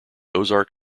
ozark